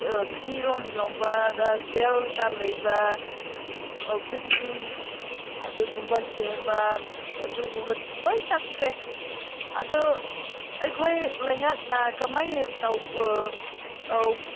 ꯐꯤꯔꯣꯟ ꯌꯣꯟꯕꯗ ꯁꯦꯜꯁꯗ ꯂꯩꯕ ꯈꯨꯖꯤꯟ ꯑꯗꯨꯒꯨꯝꯕ ꯁꯦꯝꯕ ꯑꯗꯨꯒꯨꯝꯕ ꯂꯣꯏ ꯆꯠꯈ꯭ꯔꯦ ꯑꯗꯨ ꯑꯩꯈꯣꯏ ꯂꯩꯉꯥꯛꯅ ꯀꯃꯥꯏ ꯇꯧ ꯇꯧ